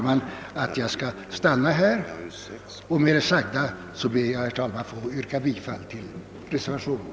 Med det sagda ber jag, herr talman, att få yrka bifall till reservationen.